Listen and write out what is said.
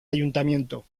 ayuntamiento